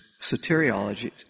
soteriology